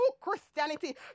Christianity